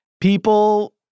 People